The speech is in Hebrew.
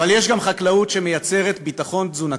אבל יש גם חקלאות שמייצרת ביטחון תזונתי.